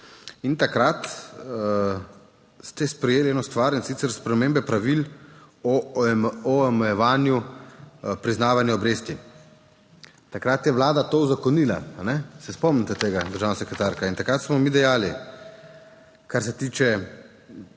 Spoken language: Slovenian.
ste sprejeli eno stvar, in sicer spremembe pravil o omejevanju priznavanja obresti. Takrat je vlada to uzakonila, se spomnite tega, državna sekretarka. In takrat smo mi dejali, kar se tiče